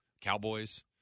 Cowboys